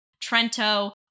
Trento